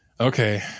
okay